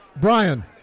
Brian